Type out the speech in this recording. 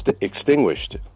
extinguished